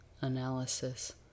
analysis